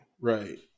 right